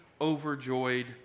overjoyed